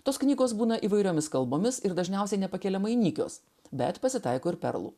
tos knygos būna įvairiomis kalbomis ir dažniausiai nepakeliamai nykios bet pasitaiko ir perlų